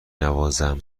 نوازم